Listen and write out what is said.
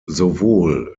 sowohl